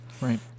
Right